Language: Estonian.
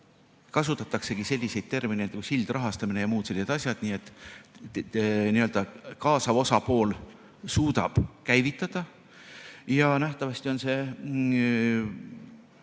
kasutataksegi selliseid termineid nagu sildrahastamine ja muud sellised asjad, nii et n-ö kaasav osapool suudab käivitada. Nähtavasti on see